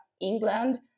England